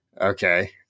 Okay